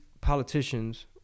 politicians